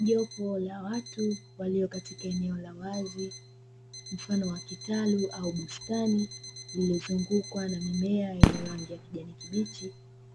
Jopo la watu walio katika eneo la wazi mfano wa kitalu au bustani zilizozungukwa na mimea yenye rangi ya kijani kibichi,